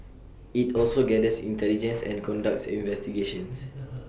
IT also gathers intelligence and conducts investigations